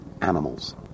animals